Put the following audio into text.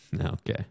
Okay